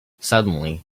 suddenly